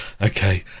Okay